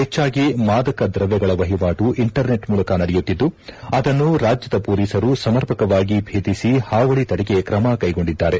ಹೆಚ್ಚಾಗಿ ಮಾದಕ ದ್ರವ್ಯಗಳ ವಹಿವಾಟು ಇಂಟರ್ನೆಟ್ ಮೂಲಕ ನಡೆಯುತಿದ್ದು ಅದನ್ನು ರಾಜ್ಯದ ಮೊಲೀಸರು ಸಮರ್ಪಕವಾಗಿ ಭೇದಿಸಿ ಹಾವಳಿ ತಡೆಗೆ ಕ್ರಮ ಕೈಗೊಂಡಿದ್ದಾರೆ